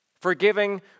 forgiving